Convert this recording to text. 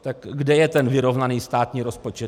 Tak kde je ten vyrovnaný státní rozpočet?